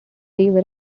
river